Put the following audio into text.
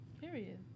Period